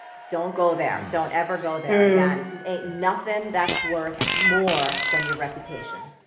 don't go there. don't every go there again, ain't nothin' that's worth more than your reputation.